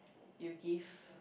you give